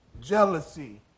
jealousy